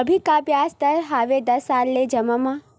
अभी का ब्याज दर हवे दस साल ले जमा मा?